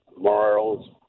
morals